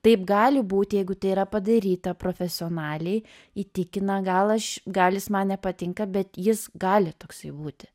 taip gali būti jeigu tai yra padaryta profesionaliai įtikina gal aš gal jis man nepatinka bet jis gali toksai būti